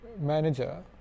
manager